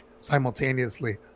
simultaneously